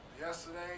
yesterday